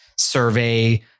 Survey